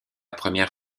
première